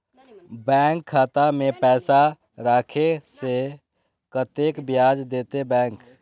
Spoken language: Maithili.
बैंक खाता में पैसा राखे से कतेक ब्याज देते बैंक?